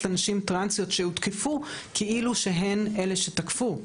לנשים טרנסיות שהותקפו כאילו שהן אלו שתקפו,